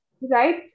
right